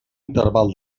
interval